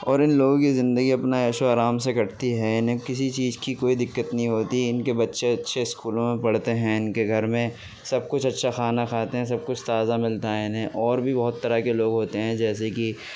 اور ان لوگوں کی زندگی اپنا عیش و آرام سے کٹتی ہے انہیں کسی چیز کی کوئی دقت نہیں ہوتی ان کے بچے اچھے اسکولوں میں پڑھتے ہیں ان کے گھر میں سب کچھ اچھا کھانا کھاتے ہیں سب کچھ تازہ ملتا ہے انہیں اور بھی بہت طرح کے لوگ ہوتے ہیں جیسے کہ